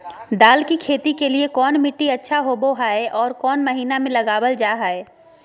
दाल की खेती के लिए कौन मिट्टी अच्छा होबो हाय और कौन महीना में लगाबल जा हाय?